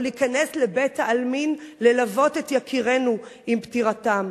או להיכנס לבית-העלמין ללוות את יקירינו עם פטירתם,